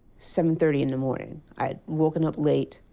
seven thirty in the morning. i had woken up late.